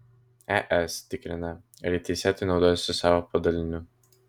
es tikrina ar ji teisėtai naudojosi savo padaliniu